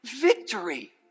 victory